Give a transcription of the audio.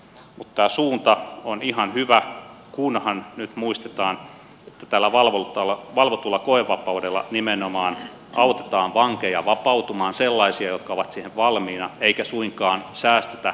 tämä suunta on ihan hyvä kunhan nyt muistetaan että tällä valvotulla koevapaudella nimenomaan autetaan vankeja vapautumaan sellaisia jotka ovat siihen valmiita eikä suinkaan säästetä vankeinhoidon varoista